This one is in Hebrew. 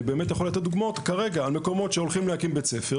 אני באמת יכול לתת דוגמאות כרגע על מקומות שהולכים להקים בית ספר.